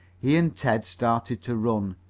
he and ted started to run,